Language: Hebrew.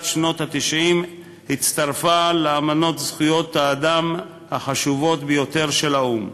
שנות ה-90 הצטרפה לאמנות זכויות האדם החשובות ביותר של האו"ם.